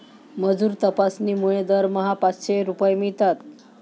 मजूर तपासणीमुळे दरमहा पाचशे रुपये मिळतात